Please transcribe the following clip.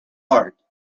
heart